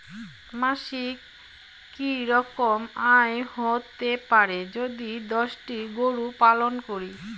মাসিক কি রকম আয় হতে পারে যদি দশটি গরু পালন করি?